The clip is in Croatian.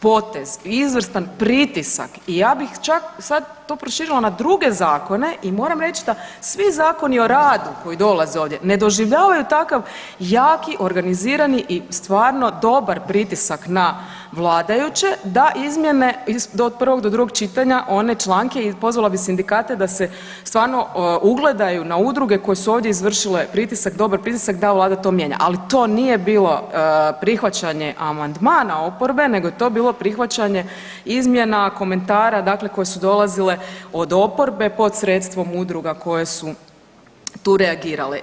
potez, izvrstan pritisak i ja bih čak sad to proširila na druge zakona i moram reći da svi zakoni o radu koji ovdje ne doživljavaju takav jaki, organizirani i stvarno dobar pritisak na vladajuće da izmjene od prvog do drugog čitanja one članke i pozvala bi sindikate da se stvarno ugledaju na udruge koje su ovdje izvršile pritisak, dobar pritisak da Vlada to mijenja, ali to nije bilo prihvaćanje amandmana oporbe nego je to bilo prihvaćanje izmjena, komentara dakle koje su dolazile od oporbe pod sredstvom udruga koje su tu reagirale.